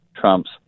Trump's